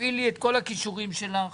תפעילי את כל הכישורים שלך